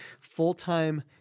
full-time